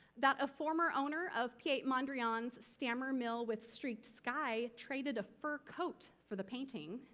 that a former owner of piet mondrian's stammer mill with streaked sky, traded a fur coat for the painting,